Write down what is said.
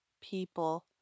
people